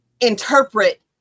interpret